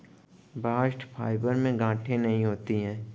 bast fibre में गांठे नहीं होती है